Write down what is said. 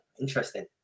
Interesting